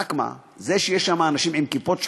רק מה, זה שיש שם אנשים עם כיפות שחורות,